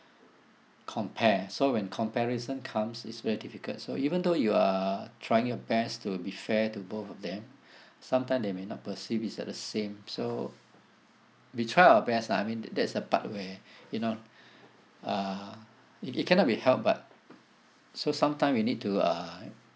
compare so when comparison comes it's very difficult so even though you are trying your best to be fair to both of them sometimes they may not perceive it as the same so we try our best lah I mean that's the part where you know uh it it cannot be helped but so sometime we need to uh